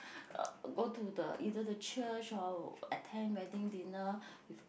go to the either the church or attend wedding dinner with